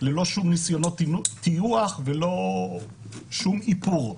ללא שום ניסיונות טיוח ולא שום איפור.